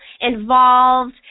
involved